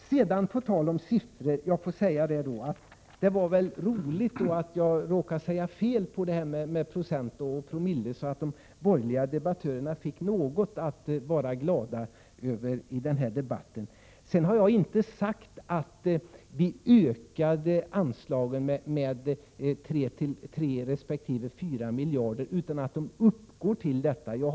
På tal om siffror var det tydligen roligt att jag råkade säga fel i fråga om procent och promille, så att de borgerliga debattörerna fick något att vara glada över i denna debatt. Jag har inte sagt att vi ökade anslagen med 3 resp. 4 miljarder, utan jag sade att de uppgår till dessa belopp.